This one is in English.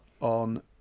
on